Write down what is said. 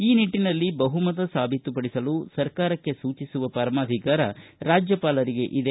ಈ ನಿಟ್ಟನಲ್ಲಿ ಬಹುಮತ ಸಾಬೀತುಪಡಿಸಲು ಸರ್ಕಾರಕ್ಕೆ ಸೂಚಿಸುವ ಪರಮಾಧಿಕಾರ ರಾಜ್ಯಪಾಲರಿಗೆ ಇದೆ